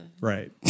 Right